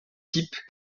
type